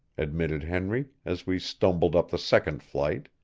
admitted henry as we stumbled up the second flight,